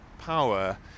power